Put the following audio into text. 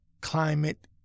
climate